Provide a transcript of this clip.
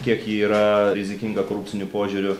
kiek ji yra rizikinga korupciniu požiūriu